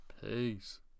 peace